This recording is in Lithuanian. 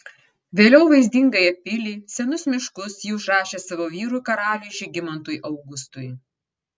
vėliau vaizdingąją pilį senus miškus ji užrašė savo vyrui karaliui žygimantui augustui